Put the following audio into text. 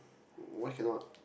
why cannot